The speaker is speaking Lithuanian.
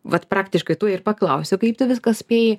vat praktiškai tuoj ir paklausiu kaip tu viską spėji